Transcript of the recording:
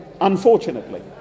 unfortunately